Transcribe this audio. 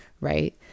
right